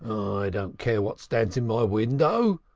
i don't care what stands in my window,